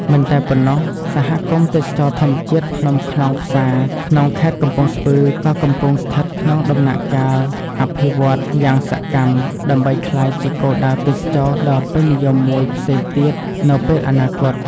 មិនតែប៉ុណ្ណោះ សហគមន៍ទេសចរណ៍ធម្មជាតិភ្នំខ្នងផ្សារ ក្នុងខេត្តកំពង់ស្ពឺក៏កំពុងស្ថិតក្នុងដំណាក់កាលអភិវឌ្ឍន៍យ៉ាងសកម្ម ដើម្បីក្លាយជាគោលដៅទេសចរណ៍ដ៏ពេញនិយមមួយផ្សេងទៀតនៅពេលអនាគត។